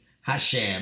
Hashem